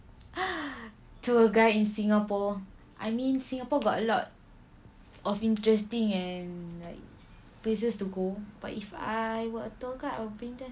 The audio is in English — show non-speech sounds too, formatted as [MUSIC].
[BREATH] tour guide in singapore I mean singapore got a lot of interesting and like places to go but if I were a tour guide I will bring them